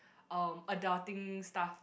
um adulting stuff